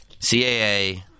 CAA